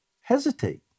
hesitate